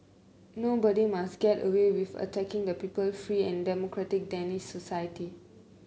nobody must get away with attacking the people free and democratic Danish society